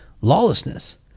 Lawlessness